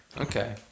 Okay